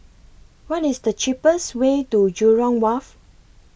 What IS The cheapest Way to Jurong Wharf